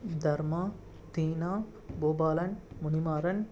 Dharma Dheena Boopalan Munimaran